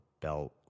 belt